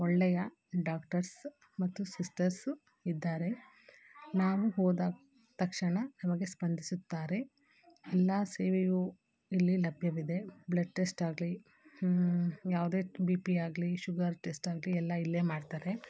ಒಳ್ಳೆಯ ಡಾಕ್ಟರ್ಸ್ ಮತ್ತು ಸಿಸ್ಟರ್ಸು ಇದ್ದಾರೆ ನಾವು ಹೋದ ತಕ್ಷಣ ನಮಗೆ ಸ್ಪಂದಿಸುತ್ತಾರೆ ಎಲ್ಲ ಸೇವೆಯು ಇಲ್ಲಿ ಲಭ್ಯವಿದೆ ಬ್ಲಡ್ ಟೆಸ್ಟ್ ಆಗಲಿ ಯಾವುದೇ ಬಿ ಪಿ ಆಗಲಿ ಶುಗರ್ ಟೆಸ್ಟ್ ಆಗಲಿ ಎಲ್ಲ ಇಲ್ಲೇ ಮಾಡ್ತಾರೆ